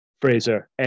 Fraser